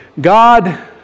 God